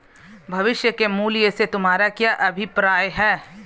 भविष्य के मूल्य से तुम्हारा क्या अभिप्राय है?